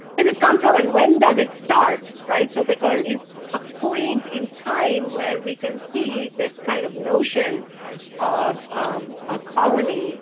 has it come from, and when does it start, right? so, because it's a point in time where we can see this kind of notion of a colony